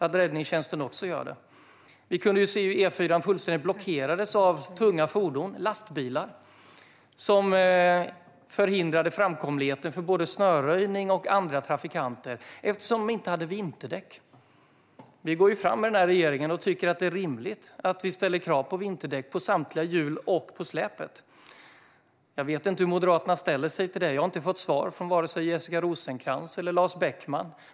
Vi kunde se nyss hur E4 fullständigt blockerades av tunga fordon och lastbilar som förhindrade framkomligheten för både snöröjning och andra trafikanter eftersom de inte hade vinterdäck. I den här regeringen går vi fram med krav på vinterdäck på samtliga hjul och på släpet. Vi tycker att det är rimligt att ställa sådana krav. Jag vet inte hur Moderaterna ställer sig till det, för jag har inte fått svar från vare sig Jessica Rosencrantz eller Lars Beckman.